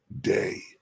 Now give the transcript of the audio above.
day